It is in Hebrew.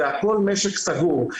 זה הכול משק סגור.